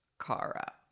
Kara